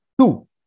two